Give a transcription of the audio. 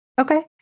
Okay